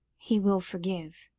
he will forgive.